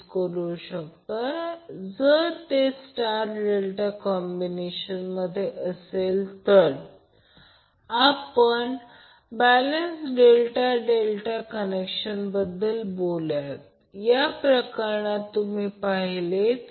तर VL ते येथे लिहिले आहे Vp VL लिहिले आहे म्हणून VL अँगल 0° हा एक VL अँगल 120° आणि हा अँगल 120° येथे दोन्ही सारखेच आहेत